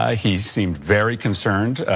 ah he seemed very concerned,